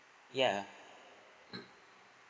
ya